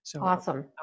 Awesome